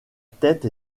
tête